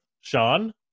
sean